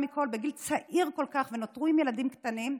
מכול בגיל צעיר כל כך ונותרו עם ילדים קטנים,